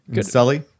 Sully